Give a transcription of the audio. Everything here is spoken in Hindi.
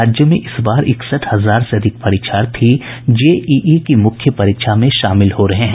राज्य में इस बार इकसठ हजार से अधिक परीक्षार्थी जेईई की मुख्य परीक्षा में शामिल हो रहे हैं